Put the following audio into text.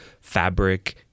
fabric